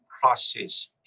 process